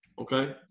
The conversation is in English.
Okay